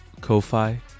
Ko-Fi